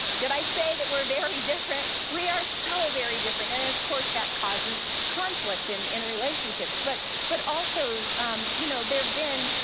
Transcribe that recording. did i say that we're vere different? we are so very different, and of course that causes conflict in in relationships, but but also you know there've been,